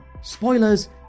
Spoilers